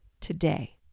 today